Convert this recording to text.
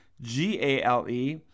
G-A-L-E